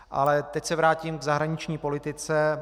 Ale teď se vrátím k zahraniční politice.